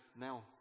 now